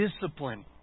discipline